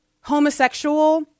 homosexual